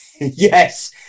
Yes